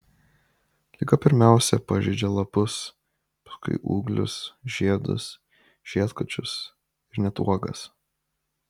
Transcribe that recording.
liga pirmiausia pažeidžia lapus paskui ūglius žiedus žiedkočius ir net uogas